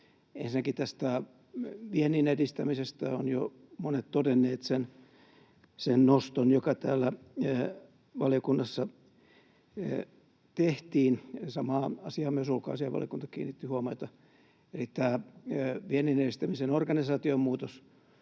Ensinnäkin vienninedistämisestä ovat jo monet todenneet sen noston, joka valiokunnassa tehtiin, eli samaan asiaan myös ulkoasiainvaliokunta kiinnitti huomiota. Tämä vienninedistämisen organisaatiomuutos